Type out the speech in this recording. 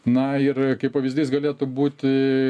na ir kaip pavyzdys galėtų būti